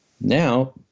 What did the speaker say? Now